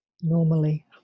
Normally